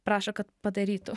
prašo kad padarytų